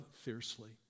fiercely